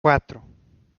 quatro